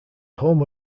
home